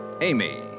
Amy